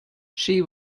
she